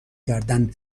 کردن